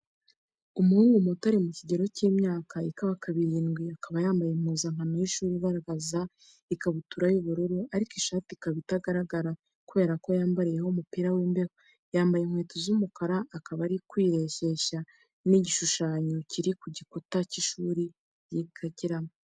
Umuhungu muto uri mu kigero cy'imyaka ikabakaba irindwi akaba yambaye impuzankano y'ishuri igaragaza ikabutura y'ubururu ariko ishati ikaba itagaragara kubera ko yambariyeho umupira w'imbeho, yambaye inkweto z'umukara akaba ari kwiresheshanya n'igishushanyo kiri ku gikuta cy'ishuri yigiramo.